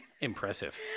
impressive